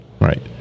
right